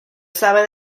sabe